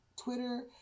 Twitter